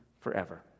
forever